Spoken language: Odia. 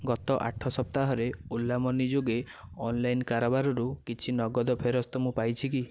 ଗତ ଆଠ ସପ୍ତାହରେ ଓଲା ମନି ଯୋଗେ ଅନଲାଇନ କାରବାରରୁ କିଛି ନଗଦ ଫେରସ୍ତ ମୁଁ ପାଇଛି କି